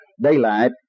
daylight